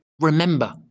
Remember